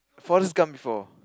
forest grump before